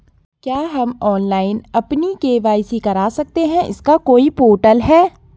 क्या हम ऑनलाइन अपनी के.वाई.सी करा सकते हैं इसका कोई पोर्टल है?